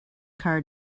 car